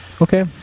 Okay